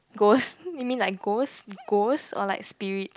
ghost you mean like ghost ghost or like spirits